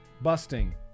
Busting